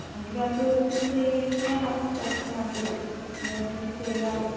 എങ്കിൽ രണ്ടും ഒരുമിച്ച് ചെയ്യുന്നതാണ് കുറച്ച് നല്ലത് ഒരുമിച്ച് ചെയ്യാമല്ലോ